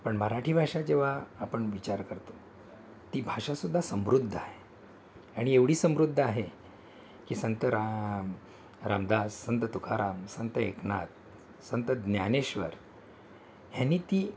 पण मराठी भाषा जेव्हा आपण विचार करतो ती भाषासुद्धा समृद्ध आहे आणि एवढी समृद्ध आहे की संत राम रामदास संत तुकाराम संत एकनाथ संत ज्ञानेश्वर ह्यांनी ती